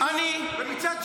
ומצד שני,